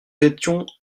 étions